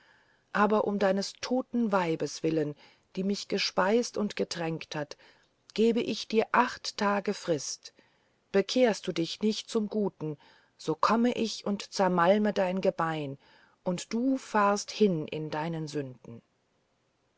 aber um dieses toten weibes willen die mich gespeist und getränkt hat gebe ich dir acht tage frist bekehrst du dich zum nicht guten so komme ich und zermalme dein gebein und du fahrst hin in deinen sünden